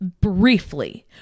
briefly